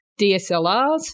DSLRs